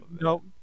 Nope